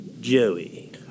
Joey